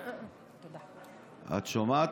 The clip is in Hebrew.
את שומעת?